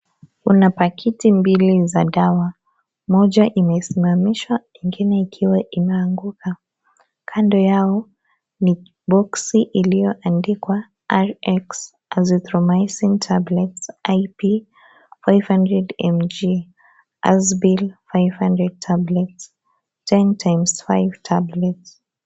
Kuna pakiti mbili za dawa, moja imesmamishwa ingine ikiwa inaanguka, kando yao ni boxi iliyoandikwa (cs)RX, Azithromising tablets, IP 500mg, asbil 500tablets, 10×5 tablets(cs).